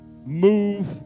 Move